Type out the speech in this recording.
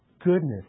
goodness